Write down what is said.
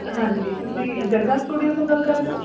ਹਾਂਜੀ ਤੁਸੀਂ ਜੱਗਾ ਸਟੂਡਿਓ ਤੋਂ ਗੱਲ ਕਰ ਰਹੇ ਹੋ